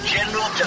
General